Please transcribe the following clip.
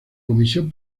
comisión